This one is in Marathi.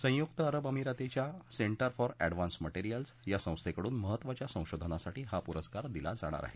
संयुक्त अरब अमिरातीच्या सेंटर फॉर अँडव्हान्स मटेरियल्स या संस्थेकडून महत्त्वाच्या संशोधनासाठी हा पुरस्कार दिला जाणार आहे